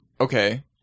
Okay